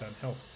health